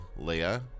Leia